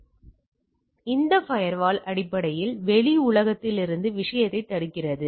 மேலும் இந்த ஃபயர்வால் அடிப்படையில் வெளி உலகத்திலிருந்து விஷயத்தைத் தடுக்கிறது